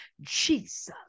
Jesus